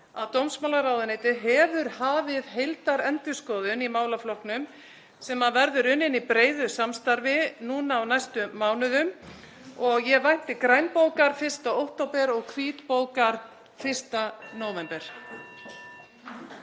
að dómsmálaráðuneytið hefur hafið heildarendurskoðun á málaflokknum sem verður unnin í breiðu samstarfi núna á næstu mánuðum. Ég vænti grænbókar 1. október og hvítbókar 1. nóvember.